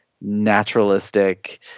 naturalistic